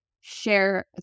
share